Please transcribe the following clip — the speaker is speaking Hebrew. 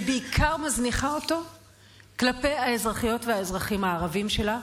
היא בעיקר מזניחה אותו כלפי האזרחיות והאזרחים הערבים שלה,